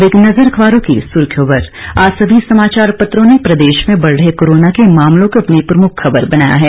अब एक नज़र अखबारों की सुर्खियों पर आज सभी समाचार पत्रों ने प्रदेश में बढ रहे कोरोना के मामलों को अपनी प्रमुख खबर बनाया है